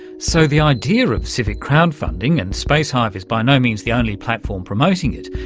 so the idea of civic crowd-funding, and spacehive is by no means the only platform promoting it,